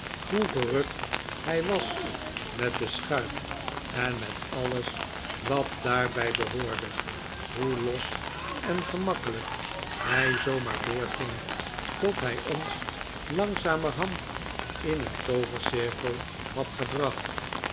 hoe verrukt hij was met de schuit en met alles wat daarbij behoorde hoe los en gemakkelijk hij zoo maar doorging tot hij ons langzamerhand in een toovercirkel had gebracht